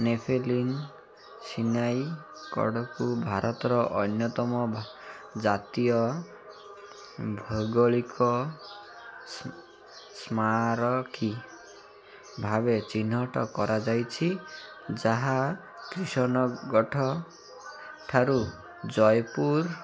nepheline ସିନାଇକଡ଼କୁ ଭାରତର ଅନ୍ୟତମ ଜାତୀୟ ଭୌଗୋଳିକ ସ୍ମାରକୀ ଭାବେ ଚିହ୍ନଟ କରାଯାଇଛି ଯାହା କିଶନଗଡ଼ ଠାରୁ ଜୟପୁର